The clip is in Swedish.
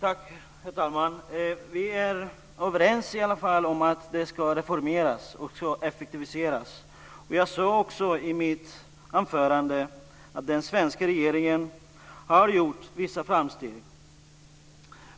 Herr talman! Vi är i alla fall överens om att det ska reformeras och effektiviseras. Jag sade också i mitt anförande att den svenska regeringen har gjort vissa framsteg.